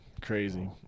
Crazy